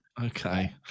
Okay